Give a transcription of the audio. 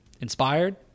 inspired